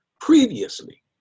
previously